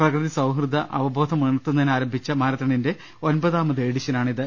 പ്രകൃതി സൌഹൃദ അവബോധമുയർത്തുന്നതിന് ആരംഭിച്ച മാര ത്തണിന്റെ ഒമ്പതാമത് എഡിഷനാണ് ഇത്